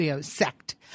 sect